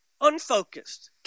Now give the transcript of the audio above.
unfocused